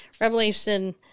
revelation